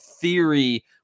theory